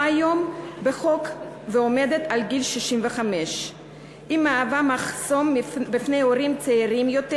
היום בחוק ועומדת על גיל 65. היא מהווה מחסום בפני הורים צעירים יותר